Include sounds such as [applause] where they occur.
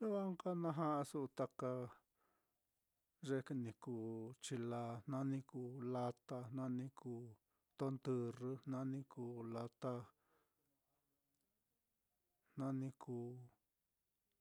Luwa nka na ja'asu taka ye ni kuu chilaa, jna ni kuu lata, jna ni kuu tondɨrrɨ, jna ni kuu lata, [hesitation] jna ni kuu